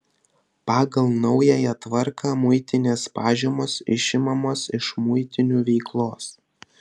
pagal naująją tvarką muitinės pažymos išimamos iš muitinių veiklos